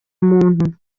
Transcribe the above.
muntu